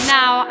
now